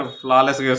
flawless